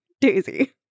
Daisy